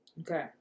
Okay